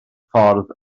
ffordd